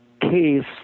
case